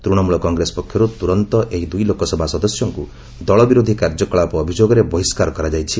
ତୃଶମୂଳ କଂଗ୍ରେସ ପକ୍ଷରୁ ତୁରନ୍ତ ଏହି ଦୁଇ ଲୋକସଭା ସଦସ୍ୟଙ୍କୁ ଦଳ ବିରୋଧୀ କାର୍ଯ୍ୟକଳାପ ଅଭିଯୋଗରେ ବହିଷ୍କାର କରାଯାଇଛି